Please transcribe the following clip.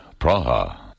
Praha